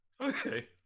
Okay